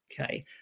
Okay